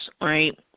right